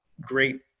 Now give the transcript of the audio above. great